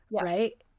right